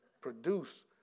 produce